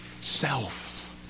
Self